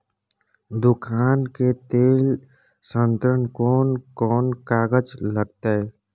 दुकान के लेल ऋण कोन कौन कागज लगतै?